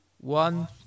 one